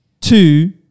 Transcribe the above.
two